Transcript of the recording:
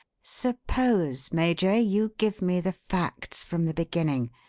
suppose, major, you give me the facts from the beginning.